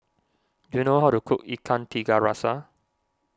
do you know how to cook Ikan Tiga Rasa